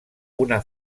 una